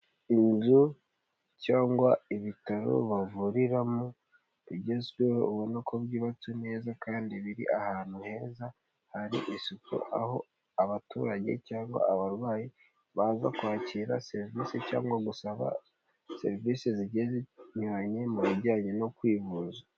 Inzu cyangwa ibitaro bavuriramo bigezweho, ubona ko byubatse neza kandi biri ahantu heza hari isuku. Aho abaturage cyangwa abarwayi baza kwakira serivisi cyangwa gusaba serivisi ziyuranye mu bijyanye no kwivuza.